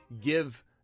give